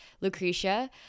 Lucretia